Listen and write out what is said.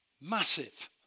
Massive